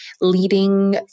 leading